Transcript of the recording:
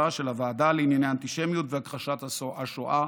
של הוועדה לענייני אנטישמיות והכחשת שואה,